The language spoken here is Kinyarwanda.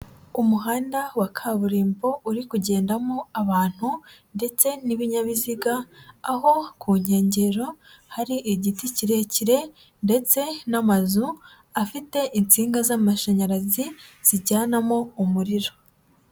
Umuhanda wa kaburimbo uri kugendamo abantu ndetse n'ibinyabiziga, aho ku nkengero hari igiti kirekire ndetse n'amazu afite insinga z'amashanyarazi zijyanamo umuriro.